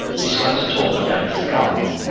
we still have to talk about his skull,